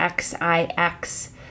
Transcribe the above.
XIX